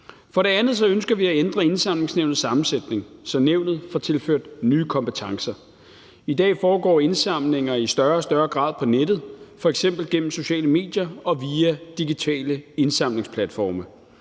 For det andet ønsker vi at ændre Indsamlingsnævnets sammensætning, så nævnet får tilført nye kompetencer. I dag foregår indsamlinger i større og større grad på nettet, f.eks. gennem sociale medier og via digitale indsamlingsplatforme,